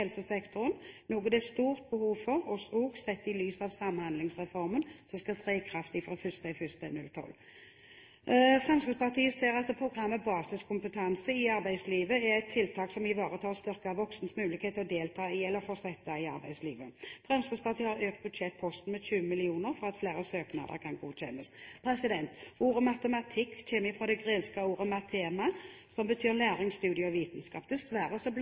helsesektoren, noe det er stort behov for, også sett i lys av Samhandlingsreformen som skal tre i kraft fra 1. januar 2012. Fremskrittspartiet ser at Program for basiskompetanse i arbeidslivet er et tiltak som ivaretar og styrker voksnes mulighet til å delta i, eller fortsette i, arbeidslivet. Fremskrittspartiet har økt budsjettposten med 20 mill. kr for at flere søknader kan godkjennes. Ordet «matematikk» kommer fra det greske ordet «máthema», som betyr læring, studie og vitenskap. Dessverre